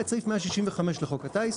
את סעיף 165 לחוק הטיס,